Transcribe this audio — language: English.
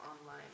online